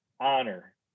Honor